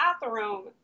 bathroom